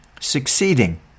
succeeding